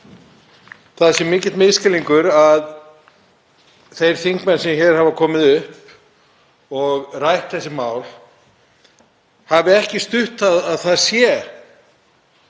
það sé mikill misskilningur að þeir þingmenn sem hér hafa komið upp og rætt þessi mál hafi ekki stutt að það sé